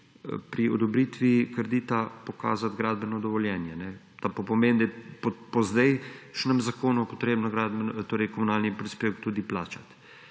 pri odobritvi kredita pokazati gradbeno dovoljenje. To pa pomeni, da je po zdajšnjem zakonu potrebno komunalni prispevek tudi plačati.